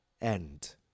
end